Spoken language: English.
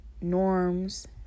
norms